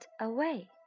away